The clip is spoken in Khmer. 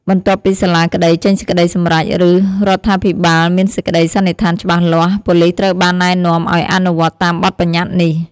បន្ទាប់ពីសាលាក្តីចេញសេចក្ដីសម្រេច ឬរដ្ឋាភិបាលមានសេចក្ដីសន្និដ្ឋានច្បាស់លាស់ ប៉ូលីសត្រូវបានណែនាំឲ្យអនុវត្តតាមបទបញ្ញត្តិនេះ។